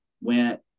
went